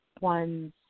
ones